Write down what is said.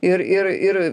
ir ir ir